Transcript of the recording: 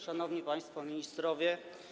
Szanowni Państwo Ministrowie!